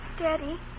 Daddy